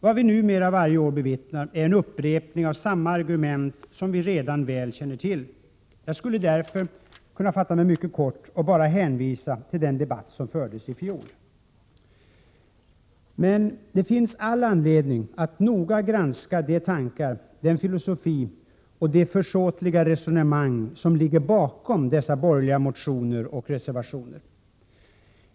Vad vi numera varje år bevittnar är en upprepning av samma argument som vi redan känner väl till. Jag skulle därför kunna fatta mig mycket kort och bara hänvisa till den debatt som fördes i fjol. Men det finns all anledning att noga granska de tankar, den filosofi och det försåtliga resonemang som ligger bakom dessa borgerliga motioner och reservationer.